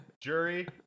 jury